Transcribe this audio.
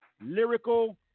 Lyrical